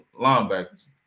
linebackers